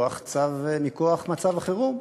מכוח צו מכוח מצב החירום?